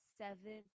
seven